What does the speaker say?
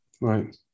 right